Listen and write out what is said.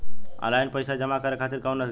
Online पइसा जमा करे खातिर कवन तरीका बा?